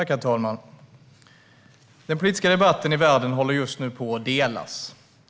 Herr talman! Den politiska debatten i världen håller just nu på att delas.